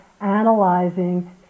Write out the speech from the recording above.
analyzing